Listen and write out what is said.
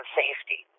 safety